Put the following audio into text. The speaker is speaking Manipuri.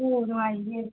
ꯎꯝ ꯅꯨꯡꯉꯥꯏꯔꯤꯌꯦ